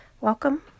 Welcome